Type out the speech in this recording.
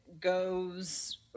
goes